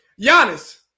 Giannis